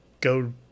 go